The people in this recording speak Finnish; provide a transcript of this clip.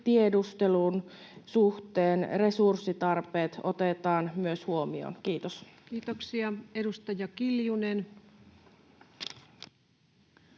tiedustelun suhteen resurssitarpeet otetaan huomioon? — Kiitos. Kiitoksia. — Edustaja Kiljunen.